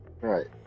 right